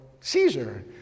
Caesar